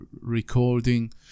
recording